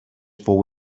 fou